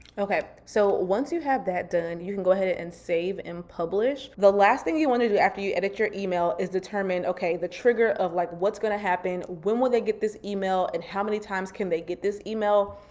okay. so once you have that done, you can go ahead and save and publish. the last thing you wanna do after you edit your email is determine, okay the trigger of like, what's gonna happen? when will they get this email? and how many times can they get this email?